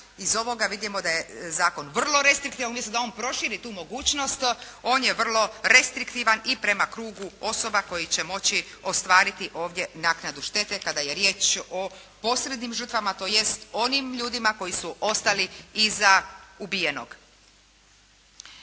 iz ovoga vidimo da je zakon vrlo restrektivan, umjesto da on proširi tu mogućnost, on je vrlo restrektivan i prema krugu osoba koje će moći ostvariti ovdje naknadu štete kada je riječ o posrednim žrtvama, tj. onim ljudima koji su ostali iza ubijenog.